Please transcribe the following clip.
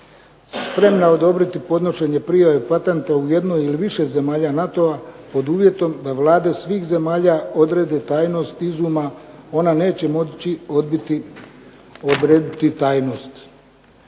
spremna odobriti podnošenje prijave patenta u jednoj ili više zemalja NATO-a pod uvjetom da Vlade svih zemalja odrede tajnost izuma ona neće moći odbiti, odrediti tajnost.